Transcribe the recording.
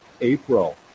April